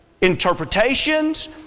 interpretations